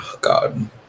God